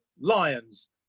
lions